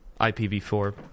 IPv4